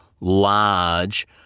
large